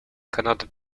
cannot